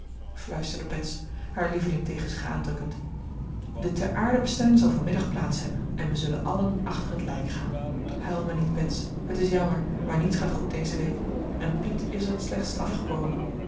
fluisterde bets haar lieveling tegen zich aandrukkend de teraardebestelling zal van middag plaats hebben en we zullen allen achter het lijk gaan huil maar niet bets het is jammer maar niets gaat goed deze week en piet is er het slechtst afgekomen